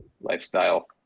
lifestyle